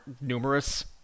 numerous